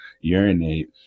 urinate